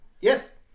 Yes